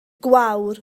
gwawr